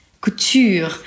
couture